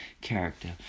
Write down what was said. character